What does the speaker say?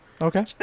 Okay